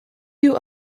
you